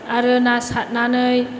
आरो ना सारनानै